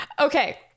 okay